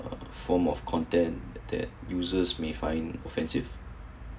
uh form of content that users may find uh offensive